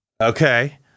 Okay